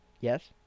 Yes